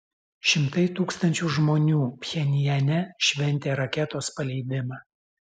šimtai tūkstančių žmonių pchenjane šventė raketos paleidimą